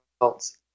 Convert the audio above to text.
results